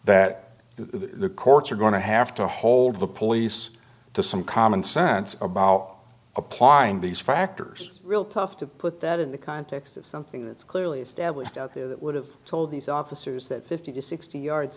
that the courts are going to have to hold the police to some commonsense about applying these factors real tough to put that in the context of something that's clearly established out there that would have told these officers that fifty to sixty yards